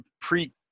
pre